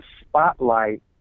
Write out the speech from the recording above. spotlight